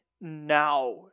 now